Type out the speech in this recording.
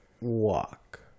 walk